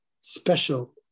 special